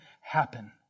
happen